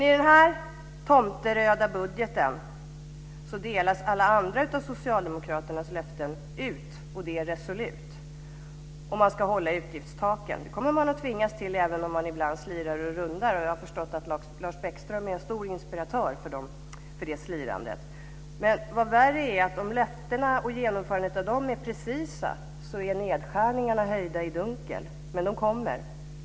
I den här tomteröda budgeten delas alla andra av socialdemokraternas löften ut, och det resolut. Och man ska hålla utgiftstaken. Det kommer man att tvingas till även om man ibland slirar och rundar. Jag har förstått att Lars Bäckström är en stor inspiratör för det slirandet. Men vad värre är är att om löftena och genomförandet av dem är precisa så är nedskärningarna höljda i dunkel, men de kommer.